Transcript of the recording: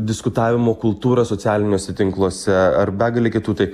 diskutavimo kultūrą socialiniuose tinkluose ar begalę kitų tai